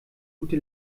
gute